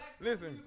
listen